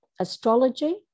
astrology